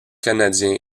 canadiens